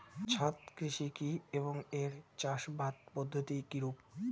ছাদ কৃষি কী এবং এর চাষাবাদ পদ্ধতি কিরূপ?